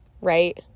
right